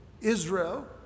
Israel